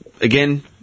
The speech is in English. again